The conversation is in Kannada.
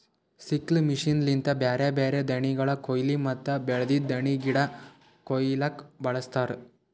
ಸಿಕ್ಲ್ ಮಷೀನ್ ಲಿಂತ ಬ್ಯಾರೆ ಬ್ಯಾರೆ ದಾಣಿಗಳ ಕೋಯ್ಲಿ ಮತ್ತ ಬೆಳ್ದಿದ್ ದಾಣಿಗಿಡ ಕೊಯ್ಲುಕ್ ಬಳಸ್ತಾರ್